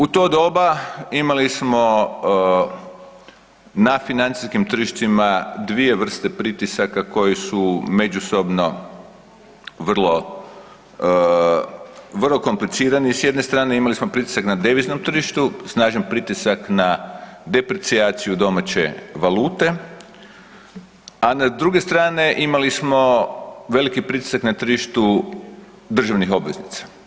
U to doba imali smo na financijskim tržištima dvije vrste pritisaka koje su međusobno vrlo komplicirani s jedne strane, imali smo pritisak na deviznom tržištu, snažan pritisak na deprecijaciju domaće valute a na druge strane, imali smo veliki pritisak na tržištu državnih obveznica.